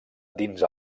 dins